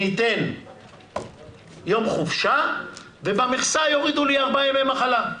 אני אתן יום חופשה ובמכסה יורידו לי ארבעה ימי מחלה,